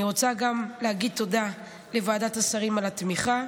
אני רוצה להגיד תודה לוועדת השרים לענייני חקיקה על התמיכה,